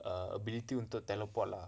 ability to teleport lah